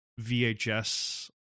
VHS